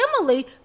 Emily